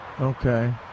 Okay